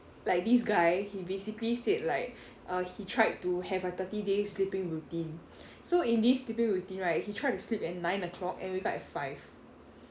like this guy he basically said like uh he tried to have a thirty days sleeping routine so in this sleeping routine right he tried to sleep at nine o'clock and wake up at five